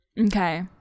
Okay